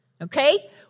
Okay